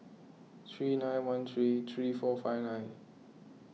three nine one three three four five nine